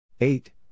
Eight